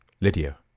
Lydia